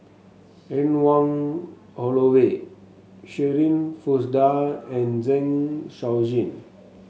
Anne Wong Holloway Shirin Fozdar and Zeng Shouyin